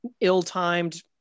ill-timed